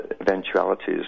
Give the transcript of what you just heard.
eventualities